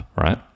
right